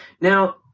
Now